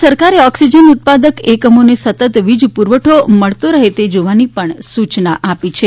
કેન્દ્ર સરકારે ઓક્સીજન ઉત્પાદક એકમોને સતત વીજપુરવળો મળતો રહે તે જોવાની પણ સૂચના આપી છે